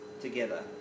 together